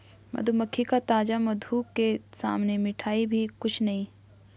मधुमक्खी का ताजा मधु के सामने मिठाई भी कुछ नहीं